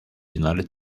united